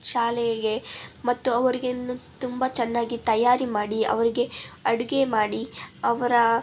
ಶಾಲೆಗೆ ಮತ್ತು ಅವರಿಗಿನ್ನೂ ತುಂಬ ಚೆನ್ನಾಗಿ ತಯಾರಿ ಮಾಡಿ ಅವರಿಗೆ ಅಡುಗೆ ಮಾಡಿ ಅವರ